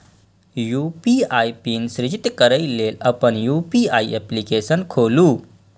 UPI PIN सृजित करै लेल अपन यू.पी.आई एप्लीकेशन खोलू